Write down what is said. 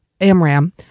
Amram